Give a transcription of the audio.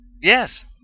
Yes